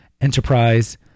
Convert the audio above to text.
enterprise